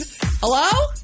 Hello